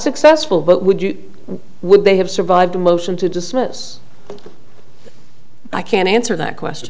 successful but would you would they have survived a motion to dismiss i can't answer that question